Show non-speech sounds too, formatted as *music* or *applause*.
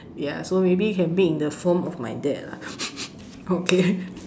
ya so maybe can make in the form of my dad lah *laughs* okay